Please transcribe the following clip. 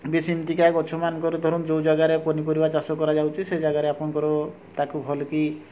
ଏବେ ସେମତିକା ଗଛ ମାନଙ୍କରେ ଧରନ୍ତୁ ଯେଉଁ ଜାଗାରେ ପନିପରିବ ଚାଷ କରାଯାଉଛି ସେ ଜାଗାରେ ଆପଣଙ୍କର ତାକୁ ଭଲ କି